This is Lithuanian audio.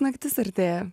naktis artėja